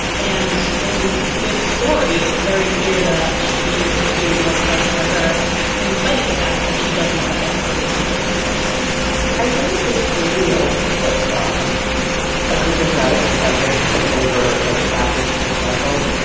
and in this story, it's very clear that she is pursuing what's best for her in spite of the fact that she doesn't have that sort of support or protection i think of this movie as if um a group of radical feminists took over like the after school special